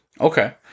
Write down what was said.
Okay